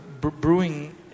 brewing